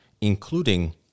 including